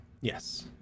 Yes